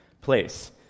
place